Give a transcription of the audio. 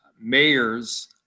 mayors